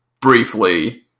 briefly